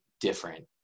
different